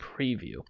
preview